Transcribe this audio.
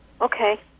okay